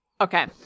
Okay